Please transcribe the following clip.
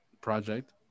project